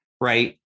right